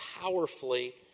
powerfully